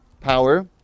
power